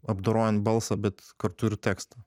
apdorojant balsą bet kartu ir tekstą